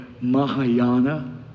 Mahayana